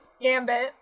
Gambit